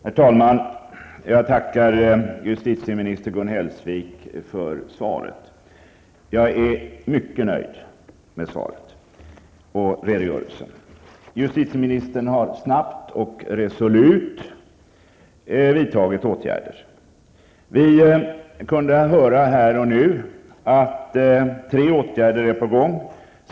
Herr talman! Jag tackar justitieminister Gun Hellsvik för svaret. Jag är mycket nöjd med svaret och med redogörelsen. Justitieministern har snabbt och resolut vidtagit åtgärder. Vi kunde höra här och nu att tre åtgärder är på gång.